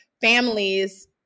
families